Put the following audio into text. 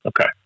Okay